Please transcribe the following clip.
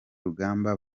rugamba